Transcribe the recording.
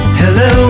hello